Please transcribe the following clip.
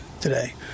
today